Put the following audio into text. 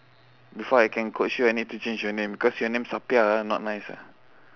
before I can coach you I need to change your name because your name sapiah ah not nice ah